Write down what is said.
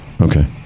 Okay